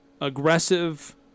aggressive